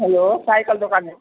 hello cycle दोकान